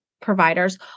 providers